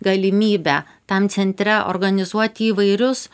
galimybę tam centre organizuoti įvairius